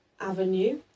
avenue